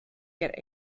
get